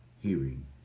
hearing